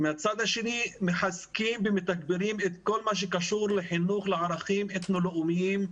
ומהצד השני מחזקים ומתגברים את כל מה שקשור לחינוך לערכים אתנו-לאומיים,